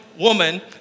woman